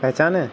پہچانے